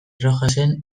rojasen